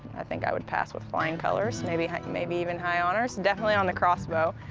i think i would pass with flying colors, maybe maybe even high honors, definitely on the crossbow.